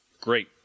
great